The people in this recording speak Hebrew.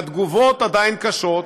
והתגובות עדיין קשות,